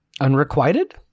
Unrequited